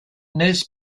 nez